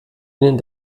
innen